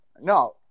No